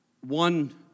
one